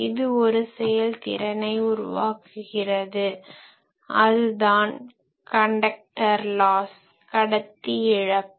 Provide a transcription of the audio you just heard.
இது ஒரு செயல்திறனை உருவாக்குகிறது அதுதான் கன்டக்டர் லாஸ் conductor loss கடத்தி இழப்பு